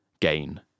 gain